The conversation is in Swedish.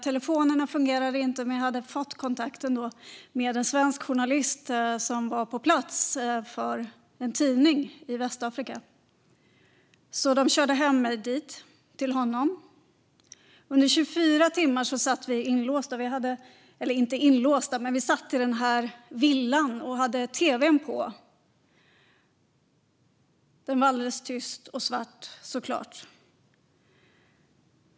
Telefonerna fungerade inte, men jag hade ändå fått kontakt med en svensk journalist som var på plats i Västafrika för en tidning. De körde mig hem till honom. Vi låste in oss och satt i villan i 24 timmar med tv:n på. Den var alldeles tyst och svart, såklart.